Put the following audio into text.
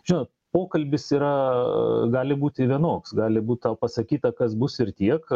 žinot pokalbis yra gali būti vienoks gali būt pasakyta kas bus ir tiek